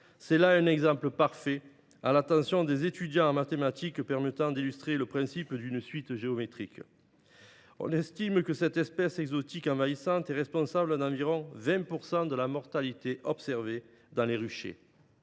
C’est là un exemple parfait à l’attention des étudiants en mathématiques pour illustrer le principe d’une suite géométrique. On estime que cette espèce exotique envahissante est responsable d’environ 20 % de la mortalité observée dans les ruchers.